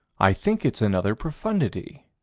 i think it's another profundity.